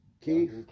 Keith